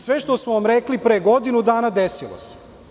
Sve što smo vam rekli pre godinu dana, desilo se.